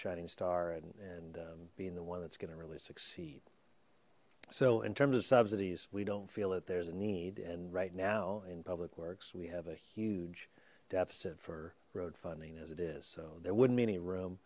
shining star and being the one that's gonna really succeed so in terms of subsidies we don't feel that there's a need and right now in public works we have a huge deficit for road funding as it is so there wouldn't be any room